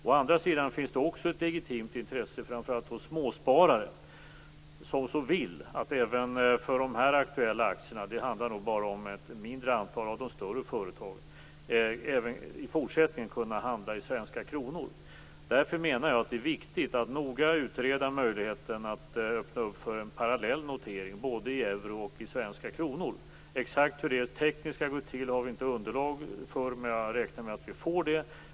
Å andra sidan finns det också ett legitimt intresse framför allt hos småsparare som också i fortsättningen vill kunna handla i svenska kronor även i de aktuella aktierna. Det handlar nog bara om ett mindre antal av de större företagen. Därför menar jag att det är viktigt att noga utreda möjligheten att öppna för en parallell notering - både i euro och i svenska kronor. Exakt hur det skall gå till tekniskt har vi inte underlag för att säga, men jag räknar med att vi får det.